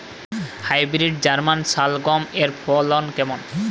Hybrid German শালগম এর ফলন কেমন?